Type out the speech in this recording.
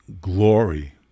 glory